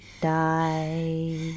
die